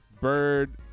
bird